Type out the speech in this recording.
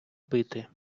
пити